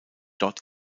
dort